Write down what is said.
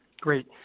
Great